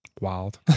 wild